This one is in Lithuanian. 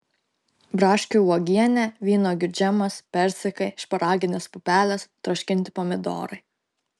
braškių uogienė vynuogių džemas persikai šparaginės pupelės troškinti pomidorai